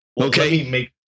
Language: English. Okay